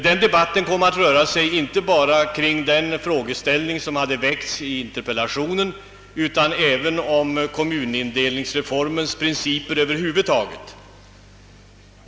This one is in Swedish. Den debatten kom inte bara att röra sig kring den aktualiserade frågeställningen utan även om kommunindelningsreformens principer över huvud taget.